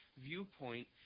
viewpoint